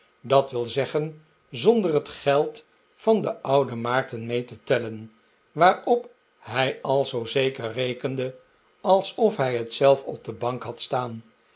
dat wil zeggen zonder het geld van den ouden maarten mee te tellen waarop hij al zoo zeker rekende alsof hij het zelf op de bank had staan